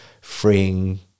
freeing